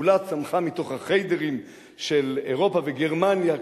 שכולה צמחה מתוך ה"חדרים" של אירופה וגרמניה,